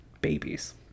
babies